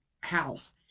house